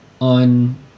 on